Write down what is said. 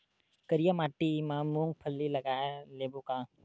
करिया माटी मा मूंग फल्ली लगय लेबों का?